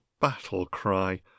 battle-cry